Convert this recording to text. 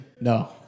no